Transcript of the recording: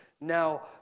Now